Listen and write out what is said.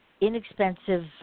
inexpensive